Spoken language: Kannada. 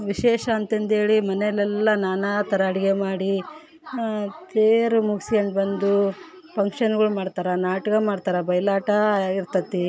ವಿಶೇಷ ಅಂತಂದೇಳಿ ಮನೆಲೆಲ್ಲ ನಾನಾಥರ ಅಡಿಗೆ ಮಾಡಿ ತೇರು ಮುಗಿಸ್ಕೊಂಡು ಬಂದು ಫಂಕ್ಷನ್ಗಳು ಮಾಡ್ತಾರೆ ನಾಟಕ ಮಾಡ್ತಾರೆ ಬಯಲಾಟ ಇರ್ತದೆ